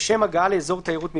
לשם הגעה לאזור תיירות מיוחד,